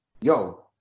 yo